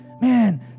man